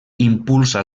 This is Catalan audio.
impulsa